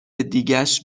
دیگشم